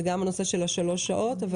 וגם הנושא של שלוש שעות.